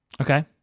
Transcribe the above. Okay